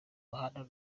muhanda